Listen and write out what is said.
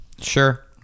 Sure